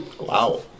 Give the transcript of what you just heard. wow